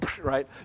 Right